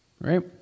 right